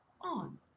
on